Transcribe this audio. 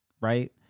right